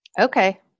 Okay